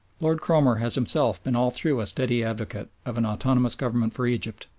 lord cromer has himself been all through a steady advocate of an autonomous government for egypt,